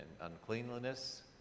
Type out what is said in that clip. uncleanliness